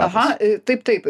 aha taip taip